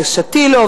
אלכס שטילוב,